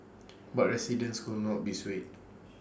but residents could not be swayed